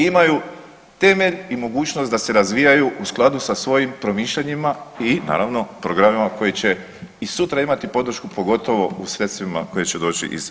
I imaju temelj i mogućnost da se razvijaju u skladu sa svojim promišljanjima i naravno programima koji će i sutra imati podršku pogotovo u sredstvima koja će doći iz EU fondova.